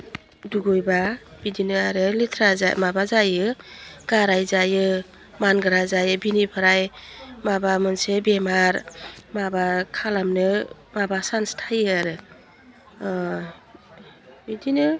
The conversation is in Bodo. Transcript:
दुगैबा बिदिनो आरो लेथ्रा जा माबा जायो गाराय जायो मानग्रा जायो बिनिफ्राय माबा मोनसे बेमार माबा खालामनो मा चान्स थायो आरो बिदिनो